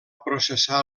processar